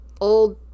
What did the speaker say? old